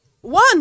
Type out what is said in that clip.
One